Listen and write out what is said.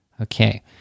Okay